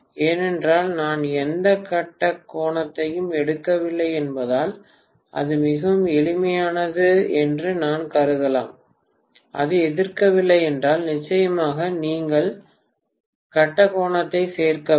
ஏனென்றால் நான் எந்த கட்ட கோணத்தையும் எடுக்கவில்லை என்பதால் அது மிகவும் எளிமையானது என்று நான் கருதலாம் அது எதிர்க்கவில்லை என்றால் நிச்சயமாக நீங்கள் கட்ட கோணத்தை சேர்க்க வேண்டும்